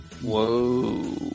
Whoa